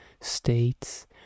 States